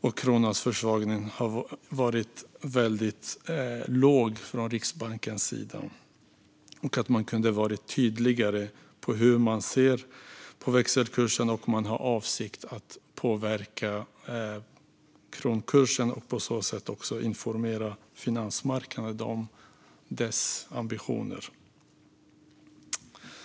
och kronans försvagning har varit väldigt knapp från Riksbankens sida och att man kunde ha varit tydligare med hur man ser på växelkursen och om man har för avsikt att påverka kronkursen, för att på så sätt också informera finansmarknaden om sina ambitioner.